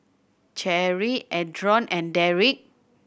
Cherry Adron and Derrick